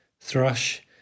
Thrush